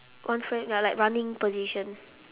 one front ya like running position